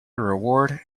reward